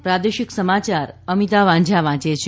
પ્રાદેશિક સમાચાર અમિતા વાંઝા વાંચે છે